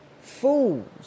fools